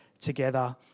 together